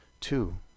Two